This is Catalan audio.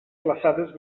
flassades